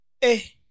Hey